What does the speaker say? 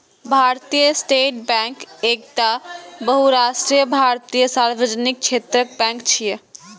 भारतीय state bank एकटा बहुराष्ट्रीय भारतीय सार्वजनिक क्षेत्रक बैंक छियै